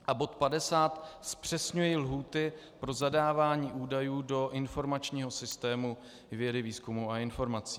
A bod 50 zpřesňuje lhůty pro zadávání údajů do informačního systému vědy, výzkumu a informací .